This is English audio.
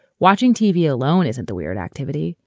watching tv alone isn't the weird activity.